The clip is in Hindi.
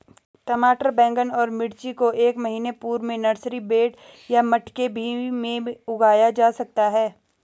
टमाटर बैगन और मिर्ची को एक महीना पूर्व में नर्सरी बेड या मटके भी में उगाया जा सकता है